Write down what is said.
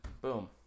Boom